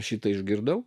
šitai išgirdau